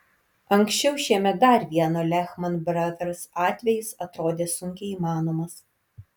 anksčiau šiemet dar vieno lehman brothers atvejis atrodė sunkiai įmanomas